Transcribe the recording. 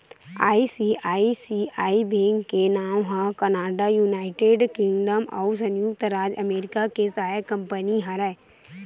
ICICI bank के नांव ह कनाड़ा, युनाइटेड किंगडम अउ संयुक्त राज अमरिका के सहायक कंपनी हरय